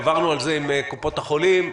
עברנו על זה עם קופות החולים,